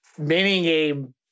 minigame